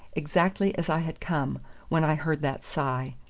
exactly as i had come when i heard that sigh.